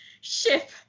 ship